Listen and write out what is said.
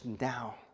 now